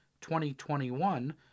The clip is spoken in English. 2021